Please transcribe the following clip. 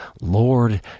Lord